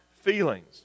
feelings